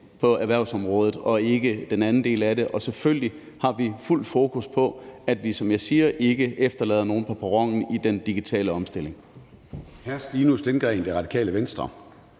på erhvervsområdet og ikke den anden del af det. Selvfølgelig har vi fuldt fokus på, at vi, som jeg siger, ikke efterlader nogen på perronen i den digitale omstilling.